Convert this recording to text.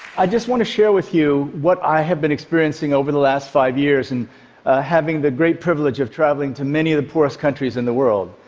i just want to share with you what i have been experiencing over the last five years in having the great privilege of traveling to many of the poorest countries in the world.